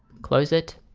close it